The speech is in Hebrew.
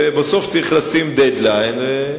בסוף צריך לשים "דד-ליין"